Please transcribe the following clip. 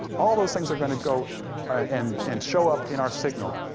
all of those things are gonna go and and show up in our signal,